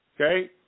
Okay